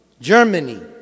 Germany